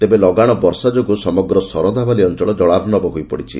ତେବେ ଲଗାଣ ବର୍ଷା ଯୋଗୁଁ ସମଗ୍ର ଶରଧାବାଲି ଅଞ୍ଞଳ କଳାର୍କ୍ଷବ ହୋଇପଡ଼ିଛି